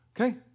okay